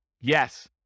Yes